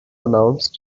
announce